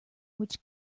which